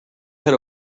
had